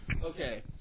Okay